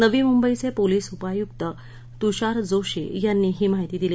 नवी मंबईचे पोलीस उपआयुक्त तुषार जोशी यांनी आज ही माहिती दिली